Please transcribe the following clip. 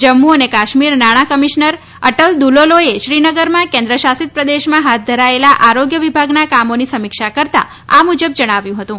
જમ્મુ અને કાશ્મીર નાણાં કમિશનર અટલ દુલોલોએ શ્રીનગરમાં કેન્દ્ર શાસિત પ્રદેશમાં હાથ ધરાયેલા આરોગ્ય વિભાગના કામોની સમીક્ષા કરતાં આ મુજબ જણાવ્યું હતું